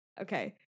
Okay